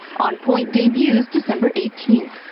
on point debuts december eighteenth.